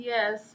Yes